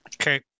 Okay